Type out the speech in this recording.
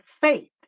faith